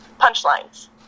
punchlines